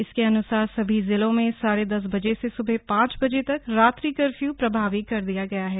इसके अन्सार सभी जिलों में साढ़े दस बजे से सूबह पांच बजे तक रात्रि कफ्र्यू प्रभावी कर दिया गया है